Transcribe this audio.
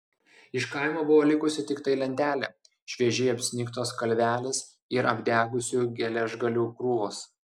iš kaimo buvo likusi tiktai lentelė šviežiai apsnigtos kalvelės ir apdegusių geležgalių krūvos